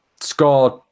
scored